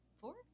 four